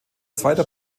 zweiter